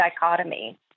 dichotomy